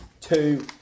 two